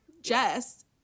Jess